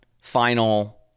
final